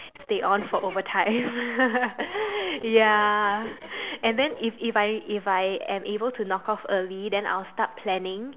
stay on for overtime ya and then if if I if I am able to knock off early then I'll start planning